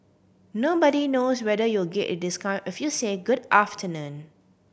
nobody knows whether you'll get a discount if you say good afternoon